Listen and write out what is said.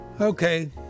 Okay